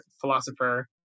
philosopher